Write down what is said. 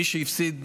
מי שיפסיד,